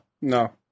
no